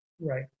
Right